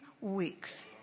weeks